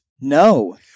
No